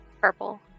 Purple